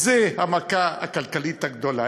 זאת המכה הכלכלית הגדולה.